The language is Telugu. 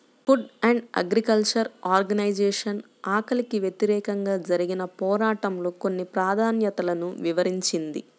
ఫుడ్ అండ్ అగ్రికల్చర్ ఆర్గనైజేషన్ ఆకలికి వ్యతిరేకంగా జరిగిన పోరాటంలో కొన్ని ప్రాధాన్యతలను వివరించింది